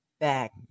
back